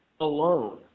alone